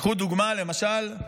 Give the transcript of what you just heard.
קחו לדוגמה, למשל,